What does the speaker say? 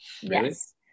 Yes